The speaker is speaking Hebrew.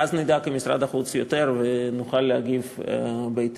ואז נדע יותר כמשרד החוץ ונוכל להגיב בהתאם.